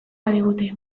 badigute